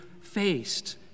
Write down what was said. faced